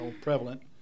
prevalent